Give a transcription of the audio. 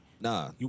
nah